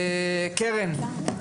קרן,